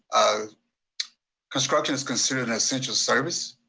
ah construction is considered an essential service.